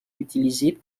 utilisée